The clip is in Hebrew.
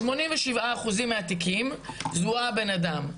87% מהתיקים זוהה הבן אדם,